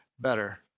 better